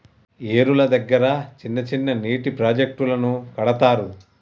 ఏరుల దగ్గర చిన్న చిన్న నీటి ప్రాజెక్టులను కడతారు